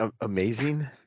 amazing